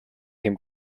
him